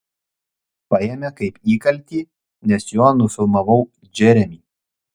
paėmė kaip įkaltį nes juo nufilmavau džeremį